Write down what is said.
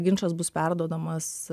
ginčas bus perduodamas